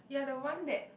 ya the one that